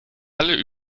alle